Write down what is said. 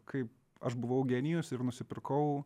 kaip aš buvau genijus ir nusipirkau